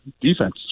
defense